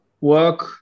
work